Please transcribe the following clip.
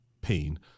pain